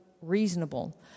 reasonable